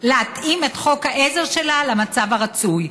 להתאים את חוק העזר שלה למצב הרצוי.